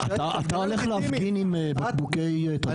אתה היית הולך להפגין עם בקבוקי תבערה?